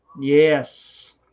Yes